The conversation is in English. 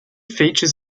features